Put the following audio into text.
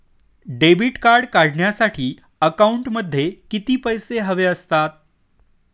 Debit card काढण्यासाठी अकाउंटमध्ये किती पैसे हवे असतात?